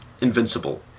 invincible